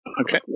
Okay